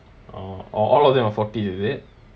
orh all of them are forty is it